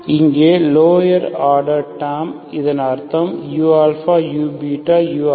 இங்கே lower order term இதன் அர்த்தம் u u uαβ